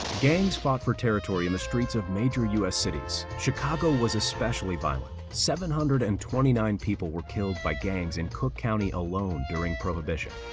gangs fought for territory in the streets of major us cities. chicago was especially violent. seven hundred and twenty nine people were killed by gangs in cook county alone during prohibition.